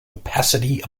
opacity